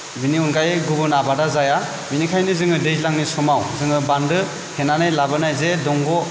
बिनि अनगायै गुबुन आबादा जाया बिनिखायनो जोङो दैज्लांनि समाव जोङो बान्दो थेनानै लाबोनाय जे दंग'